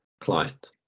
client